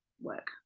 work